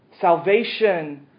Salvation